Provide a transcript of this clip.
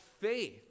faith